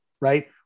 right